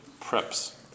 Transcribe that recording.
preps